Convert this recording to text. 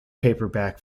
paperback